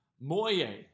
Moye